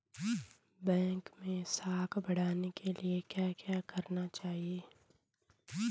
Bank मैं साख बढ़ाने के लिए क्या क्या करना चाहिए?